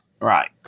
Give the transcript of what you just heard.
Right